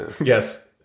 Yes